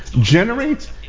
generate